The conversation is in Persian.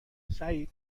سعید